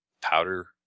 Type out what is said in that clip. powder